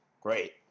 Great